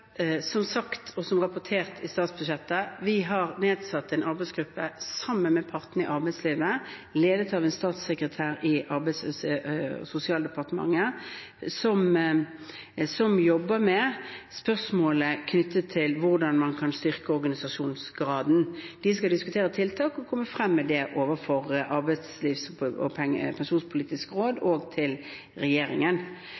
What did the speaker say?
Som sagt, og som rapportert i statsbudsjettet: Vi har sammen med partene i arbeidslivet nedsatt en arbeidsgruppe som er ledet av en statssekretær i Arbeids- og sosialdepartementet, som jobber med spørsmål knyttet til hvordan man kan øke organisasjonsgraden. De skal diskutere tiltak og legge dem frem for Arbeidslivs- og pensjonspolitisk råd